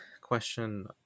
question